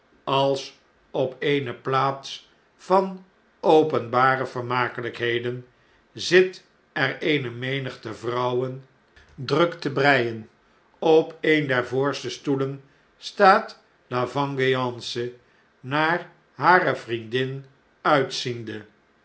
als op eene plaats van openbare vermakeiykheden zit er eene menigte vrouwen druk te breien op een der voorste stoelen staat la vengeance naar hare vriendin uitziende